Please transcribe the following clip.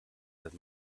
that